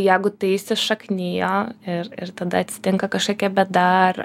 jeigu tai įsišaknijo ir ir tada atsitinka kažkokia bėda ar